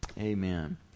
Amen